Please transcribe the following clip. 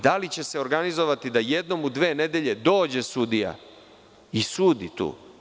Da li će se organizovati da jednom u dve nedelje dođe sudija i sudi tu?